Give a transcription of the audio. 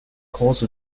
cause